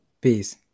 Peace